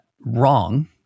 wrong